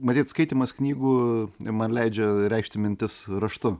matyt skaitymas knygų man leidžia reikšti mintis raštu